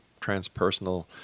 transpersonal